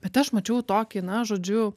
bet aš mačiau tokį na žodžiu